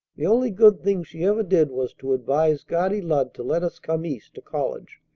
the only good thing she ever did was to advise guardy lud to let us come east to college.